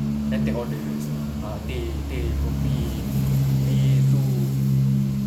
then take orders ah teh teh kopi ni itu